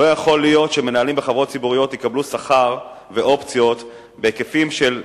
לא יכול להיות שמנהלים בחברות ציבוריות יקבלו שכר ואופציות בהיקפים של,